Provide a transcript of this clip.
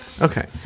Okay